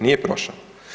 Nije prošao.